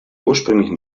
ursprünglichen